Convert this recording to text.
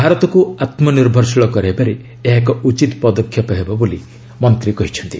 ଭାରତକୁ ଆତ୍ମନିର୍ଭରଶୀଳ କରାଇବାରେ ଏହା ଏକ ଉଚିତ୍ ପଦକ୍ଷେପ ହେବ ବୋଲି ମନ୍ତ୍ରୀ କହିଛନ୍ତି